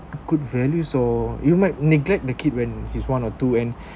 good value so you might neglect the kid when he's one or two and